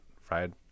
fried